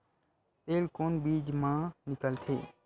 तेल कोन बीज मा निकलथे?